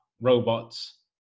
robots